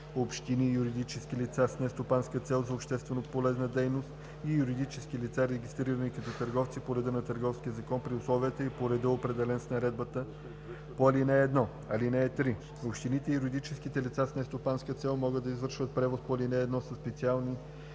общини, юридически лица с нестопанска цел за общественополезна дейност и юридически лица, регистрирани като търговци по реда на Търговския закон при условията и по реда, определени с наредбата по ал. 1. (3) Общините и юридическите лица с нестопанска цел могат да извършват превоза по ал. 1 със специални